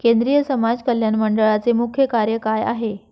केंद्रिय समाज कल्याण मंडळाचे मुख्य कार्य काय आहे?